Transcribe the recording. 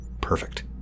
perfect